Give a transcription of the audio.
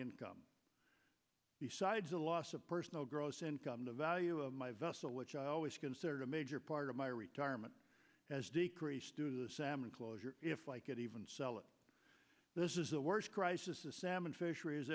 income besides a loss of personal gross income the value of my vessel which i always considered a major part of my retirement has decreased to the salmon closure if i could even sell it this is the worst crisis a salmon fisher